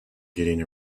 getting